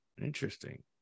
Interesting